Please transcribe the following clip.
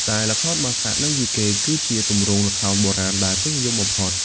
ដែលល្ខោនបាសាក់ និងយីកេ គឺជាទម្រង់ល្ខោនបុរាណដែលពេញនិយមបំផុត ។